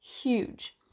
Huge